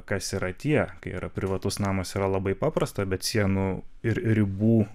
kas yra tie kai yra privatus namas yra labai paprasta bet sienų ir ribų